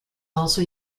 also